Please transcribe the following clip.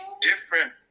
different